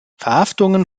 verhaftungen